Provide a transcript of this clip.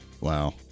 Wow